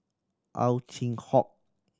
Ow Chin Hock